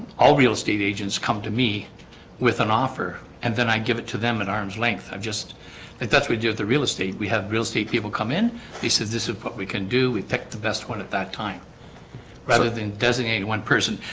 all real estate agents come to me with an offer and then i give it to them at arm's length i've just like that's we do at the real estate. we have real estate people come in they says this is what we can do. we pick the best one at that time rather than designate one person.